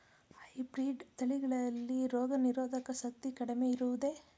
Hybrid ತಳಿಗಳಲ್ಲಿ ರೋಗನಿರೋಧಕ ಶಕ್ತಿ ಕಡಿಮೆ ಇರುವುದೇ?